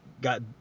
got